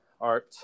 art